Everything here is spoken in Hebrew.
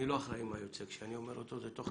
קודם